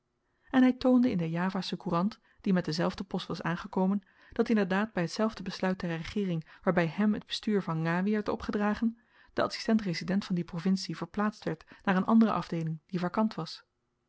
en hij toonde in de javasche courant die met dezelfde post was aangekomen dat inderdaad by tzelfde besluit der regeering waarby hem het bestuur van ngawi werd opgedragen de adsistent resident van die provincie verplaatst werd naar een andere afdeeling die vakant was